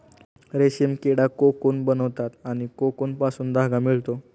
रेशीम किडा कोकून बनवतात आणि कोकूनपासून धागा मिळतो